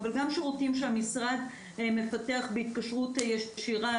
אבל גם שירותים שהמשרד מפתח בהתקשרות ישירה,